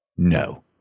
No